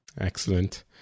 excellent